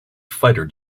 fighter